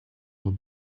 will